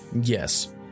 Yes